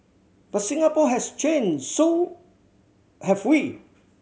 but Singapore has changed so have we